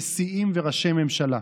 נשיאים וראשי ממשלה.